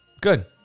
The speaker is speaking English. good